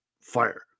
fire